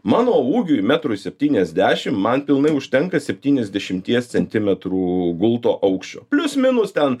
mano ūgiui metrui septyniasdešimt man pilnai užtenka septyniasdešimties centimetrų gulto aukščio plius minus ten